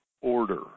order